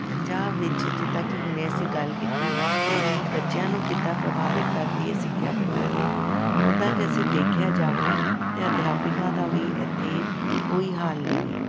ਪੰਜਾਬ ਵਿੱਚ ਜਿੱਦਾਂ ਕਿ ਹੁਣੇ ਅਸੀਂ ਗੱਲ ਕੀਤੀ ਕਿ ਬੱਚਿਆਂ ਨੂੰ ਕਿੱਦਾਂ ਪ੍ਰਭਾਵਿਤ ਕਰਦੀ ਹੈ ਸਿੱਖਿਆ ਪ੍ਰਣਾਲੀ ਉੱਦਾਂ ਕਿ ਅਸੀਂ ਦੇਖਿਆ ਜਾਵੇ ਤਾਂ ਅਧਿਆਪਕਾਂ ਦਾ ਵੀ ਇੱਥੇ ਕੋਈ ਹਾਲ ਨਹੀਂ ਹੈ